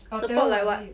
support like what